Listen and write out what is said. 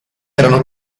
erano